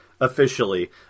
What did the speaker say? officially